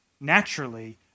naturally